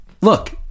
look